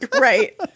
right